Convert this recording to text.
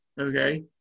okay